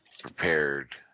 prepared